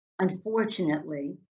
Unfortunately